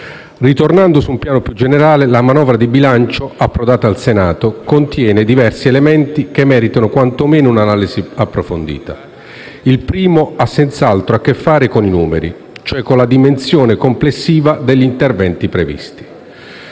Ritornando su un piano più generale, la manovra di bilancio approdata al Senato contiene diversi elementi che meritano quanto meno un'analisi approfondita. Il primo ha senz'altro a che fare con i numeri, cioè con la dimensione complessiva degli interventi previsti: